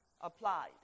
applied